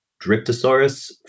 dryptosaurus